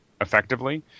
effectively